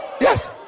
Yes